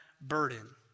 burden